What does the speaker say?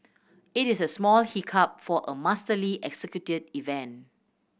it is a small hiccup for a masterly executed event